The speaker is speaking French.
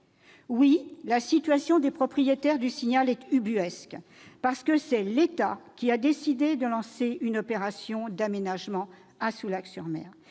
bien. La situation des propriétaires du Signal est ubuesque, parce que c'est l'État qui a décidé de lancer une opération d'aménagement à Soulac-sur-Mer.